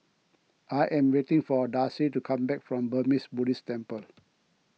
I am waiting for Darcie to come back from Burmese Buddhist Temple